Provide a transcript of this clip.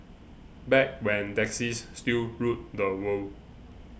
back when taxis still ruled the world